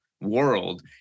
world